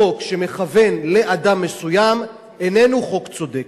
חוק שמכוון לאדם מסוים איננו חוק צודק,